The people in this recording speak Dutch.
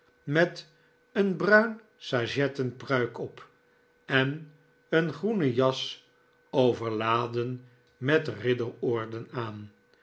met een bruinsajetten pruik op en een groene jas overladen met ridderorden aan